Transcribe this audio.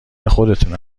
خودتونه